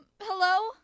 hello